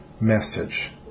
message